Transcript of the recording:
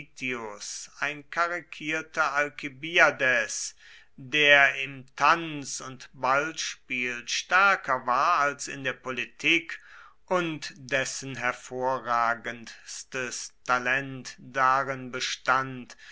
ein karikierter alkibiades der im tanz und ballspiel stärker war als in der politik und dessen hervorragendstes talent darin bestand